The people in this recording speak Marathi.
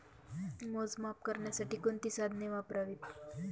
मोजमाप करण्यासाठी कोणती साधने वापरावीत?